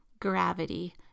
gravity